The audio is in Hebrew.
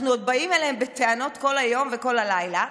אנחנו עוד באים אליהם בטענות כל היום וכל הלילה,